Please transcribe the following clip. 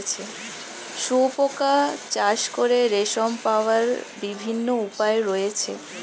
শুঁয়োপোকা চাষ করে রেশম পাওয়ার বিভিন্ন উপায় রয়েছে